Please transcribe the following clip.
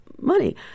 money